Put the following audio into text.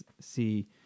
see